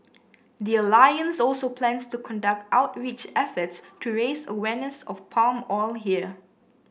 the alliance also plans to conduct outreach efforts to raise awareness of palm oil here